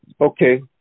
okay